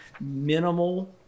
minimal